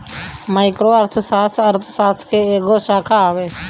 micro अर्थशास्त्र, अर्थशास्त्र के एगो शाखा हवे